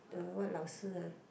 the what 老师 uh